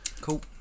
Cool